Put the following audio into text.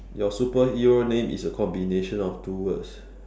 your superhero name is a combination of two words